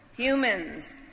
Humans